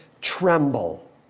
tremble